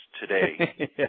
today